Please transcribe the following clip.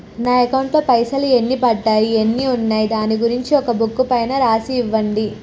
నా అకౌంట్ లో పైసలు ఎన్ని పడ్డాయి ఎన్ని ఉన్నాయో దాని గురించి ఒక బుక్కు పైన రాసి ఇవ్వండి?